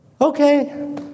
okay